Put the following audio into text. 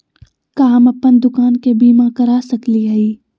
का हम अप्पन दुकान के बीमा करा सकली हई?